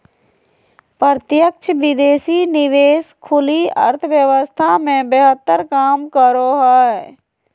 प्रत्यक्ष विदेशी निवेश खुली अर्थव्यवस्था मे बेहतर काम करो हय